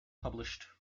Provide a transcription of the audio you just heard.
published